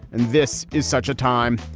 and this is such a time.